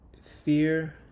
Fear